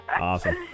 Awesome